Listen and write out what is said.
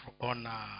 on